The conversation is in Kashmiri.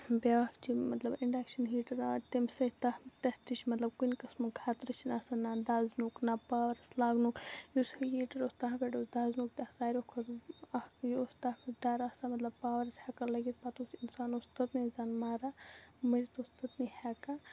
بیٛاکھ چھِ مطلب اِنڈَکشَن ہیٖٹَر آو تَمہِ سۭتۍ تَتھ تَتھ تہِ چھِ مطلب کُنہِ قٕسمُک خطرٕ چھِنہٕ آسان نہ دزنُک نہ پاورَس لَگنُک یُس یہِ ہیٖٹَر اوس تَتھ پٮ۪ٹھ اوس دزنُک تہِ ساروی کھۄتہٕ اَکھ یہِ اوس تَتھ پٮ۪ٹھ ڈَر آسان مطلب پاورَس ہٮ۪کَن لٔگِتھ پَتہٕ اوس اِنسان اوس مران مٔرِتھ اوس تٔتۍنٕے ہٮ۪کان